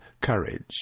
courage